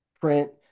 print